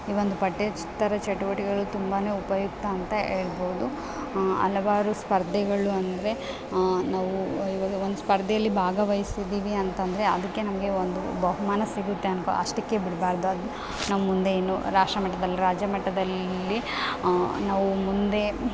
ಈ ಒಂದು ಪಠ್ಯೇತರ ಚ್ ಚಟುವಟಿಕೆಗಳು ತುಂಬಾ ಉಪಯುಕ್ತ ಅಂತ ಹೇಳ್ಬೋದು ಹಲವಾರು ಸ್ಪರ್ಧೆಗಳು ಅಂದರೆ ನಾವು ಇವಾಗ ಒಂದು ಸ್ಪರ್ಧೆಯಲ್ಲಿ ಭಾಗವಹಿಸಿದ್ದೀವಿ ಅಂತಂದರೆ ಅದಕ್ಕೆ ನಮಗೆ ಒಂದು ಬಹುಮಾನ ಸಿಗುತ್ತೆ ಅನ್ಕೊ ಅಷ್ಟಕ್ಕೆ ಬಿಡಬಾರ್ದು ಅದ್ನ ನಾವು ಮುಂದೆ ಇನ್ನೂ ರಾಷ್ಟ್ರಮಟ್ಟದಲ್ಲಿ ರಾಜ್ಯಮಟ್ಟದಲ್ಲಿ ನಾವು ಮುಂದೆ